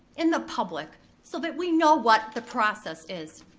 in the public, so that we know what the process is,